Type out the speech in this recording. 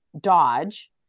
dodge